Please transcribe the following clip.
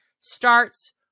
starts